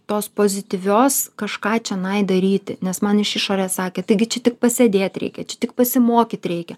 tos pozityvios kažką čionai daryti nes man iš išorės sakė taigi čia tik pasėdėt reikia čia tik pasimokyt reikia